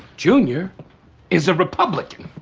junior is a republican